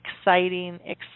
exciting